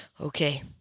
Okay